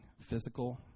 physical